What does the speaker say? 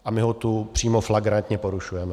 A my ho tu přímo flagrantně porušujeme.